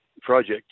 project